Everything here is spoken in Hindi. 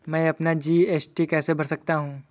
मैं अपना जी.एस.टी कैसे भर सकता हूँ?